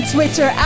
Twitter